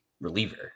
reliever